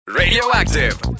Radioactive